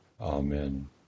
Amen